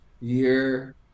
year